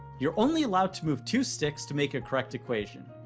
you're only allowed to move two sticks to make a correct equation.